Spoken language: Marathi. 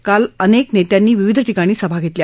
काल अनेक नेत्यांनी विविध ठिकाणी सभा घेतल्या